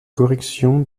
correction